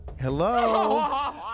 Hello